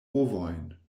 ovojn